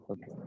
Okay